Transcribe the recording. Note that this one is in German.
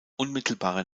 unmittelbarer